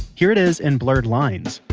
here it is in blurred lines